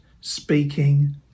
speaking